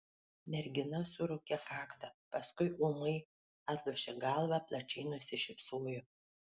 mergina suraukė kaktą paskui ūmai atlošė galvą plačiai nusišypsojo